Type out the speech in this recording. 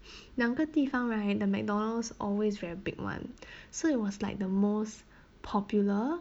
两个地方 right the McDonald's always very big [one] so it was like the most popular